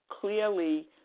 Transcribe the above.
clearly